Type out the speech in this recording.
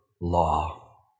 law